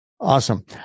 awesome